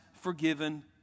forgiven